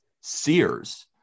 Sears